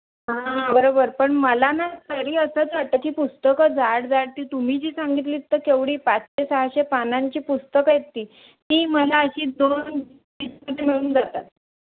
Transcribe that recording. हां बरोबर पण मला ना तरी असंच वाटतं की पुस्तकं जाड जाड ती तुम्ही जी सांगितलीत तर केवढी पाचशे सहाशे पानांची पुस्तकं आहेत ती ती मला अशी जातात